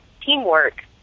teamwork